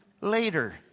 later